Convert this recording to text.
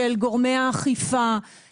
של גורמי האכיפה,